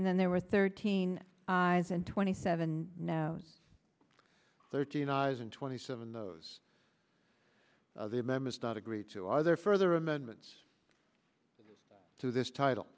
and then there were thirteen eyes and twenty seven now thirteen eyes and twenty seven those are the members do not agree to either further amendments to this title